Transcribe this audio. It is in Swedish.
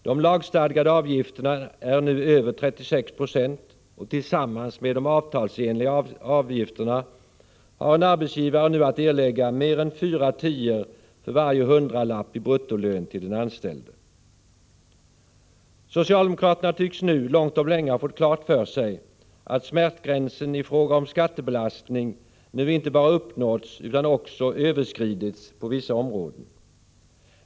De lagstadgade avgifterna är nu över 36 96, och tillsammans med de avtalsenliga avgifterna har en arbetsgivare nu att erlägga mer än fyra tior för varje hundralapp i bruttolön till den anställde. Socialdemokraterna tycks nu långt om länge ha fått klart för sig att smärtgränsen i fråga om skattebelastning nu inte bara uppnåtts utan också överskridits på vissa områden.